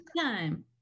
time